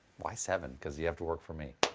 why seven? because you have to work for me.